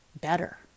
better